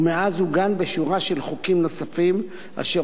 ומאז עוגן בשורה של חוקים נוספים אשר